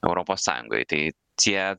europos sąjungoj tai tie